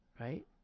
right